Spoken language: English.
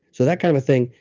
so, that kind of a thing,